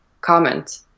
comment